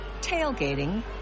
tailgating